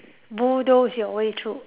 bulldoze your way through